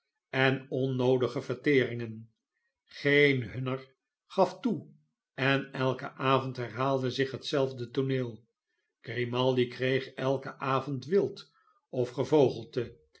en onnoodige verteringen geen hunner gaf toe en elken avond herhaalde zich hetzelfde tooneel grimaldi kreeg elken avond wild of gevogelte